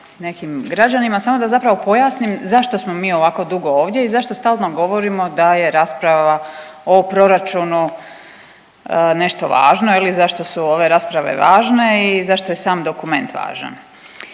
nekim građanima samo da zapravo pojasnim zašto smo mi ovako dugo ovdje i zašto stalno govorimo da je rasprava o proračunu nešto važno, zašto su ove rasprave važne i zašto je sam dokument važan.